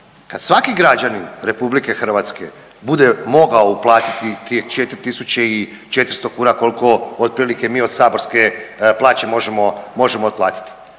Kad svaki građanin RH bude mogao uplatiti tih 4400 kuna koliko otprilike mi od saborske plaće možemo otplatiti.